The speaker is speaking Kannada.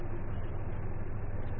359924 ಸರಿ